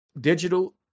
Digital